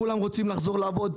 כולם רוצים לחזור לעבוד.